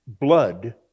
blood